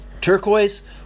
turquoise